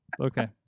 okay